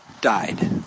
Died